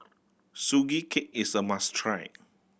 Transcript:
Sugee Cake is a must try